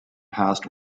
past